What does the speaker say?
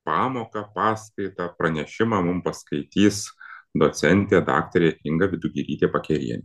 pamoką paskaitą pranešimą mum paskaitys docentė daktarė inga vidugirytė pakerienė